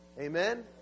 Amen